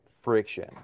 friction